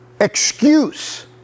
excuse